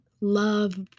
love